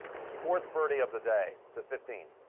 his fourth birdie of the day. the fifteen